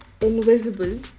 invisible